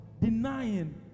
denying